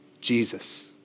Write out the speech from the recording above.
Jesus